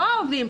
לא העובדים.